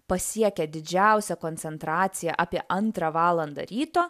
pasiekia didžiausią koncentraciją apie antrą valandą ryto